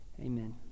Amen